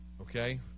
Okay